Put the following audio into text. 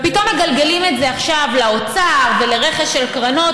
ופתאום מגלגלים את זה עכשיו לאוצר ולרכש של קרונות.